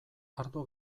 ardo